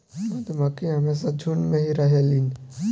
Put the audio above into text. मधुमक्खी हमेशा झुण्ड में ही रहेलीन